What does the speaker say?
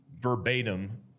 verbatim